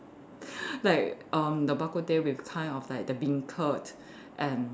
like um the bak-kut-teh with kind of like the beancurd and